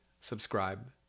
subscribe